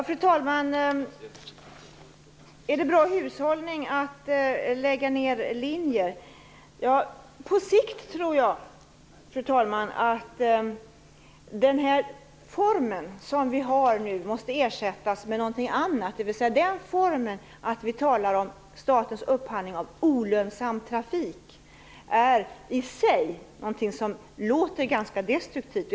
Fru talman! Är det bra hushållning att lägga ned linjer? Ja, på sikt tror jag att den form vi har nu måste ersättas med någonting annat. Den form där vi talar om statens upphandling av olönsam trafik är i sig någonting som låter ganska destruktivt.